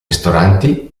ristoranti